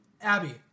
Abby